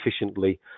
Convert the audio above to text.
efficiently